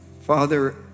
Father